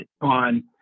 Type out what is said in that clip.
on